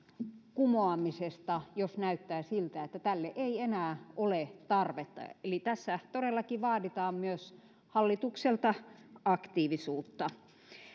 kumoamisesta jos näyttää siltä että tälle ei enää ole tarvetta eli tässä todellakin vaaditaan myös hallitukselta aktiivisuutta